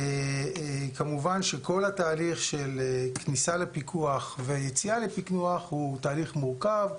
כמובן שכל התהליך של כניסה לפיקוח ויציאה לפיקוח הוא תהליך מורכב,